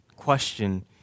question